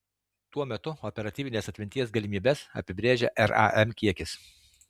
tuo metu operatyvinės atminties galimybes apibrėžia ram kiekis